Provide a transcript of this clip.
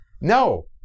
No